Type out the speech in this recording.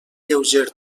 lleuger